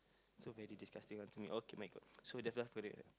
so very disgusting ah to me okay my god so just ask for it right